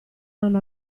hanno